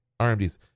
RMDs